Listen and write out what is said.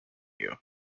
you